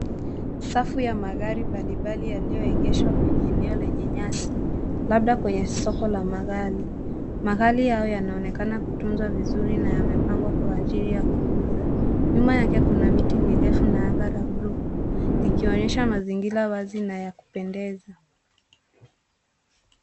Safu ya magari mbali mbali yaliyoegeshwa kwenye eneo lenye nyasi, labda kwenye soko la magari. Magari hayo yanaonekana kutunzwa vizuri na yamepangwa kwa ajili ya kuuza. Nyuma yake kuna miti mirefu na anga ya bluu, likionyesha mazingira wazi na ya kupendeza.